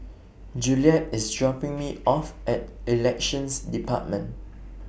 Juliette IS dropping Me off At Elections department